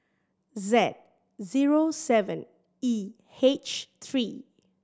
Z zero seven E H three